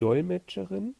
dolmetscherin